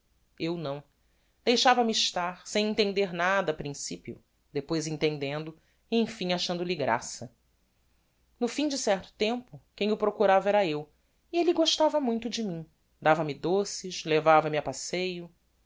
eu não deixava-me estar sem entender nada a principio depois entendendo e emfim achando lhe graça no fim de certo tempo quem o procurava era eu e elle gostava muito de mim dava-me doces levava me a passeio